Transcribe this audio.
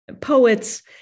poets